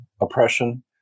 oppression